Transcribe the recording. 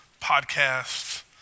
podcasts